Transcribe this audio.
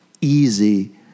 easy